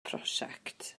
prosiect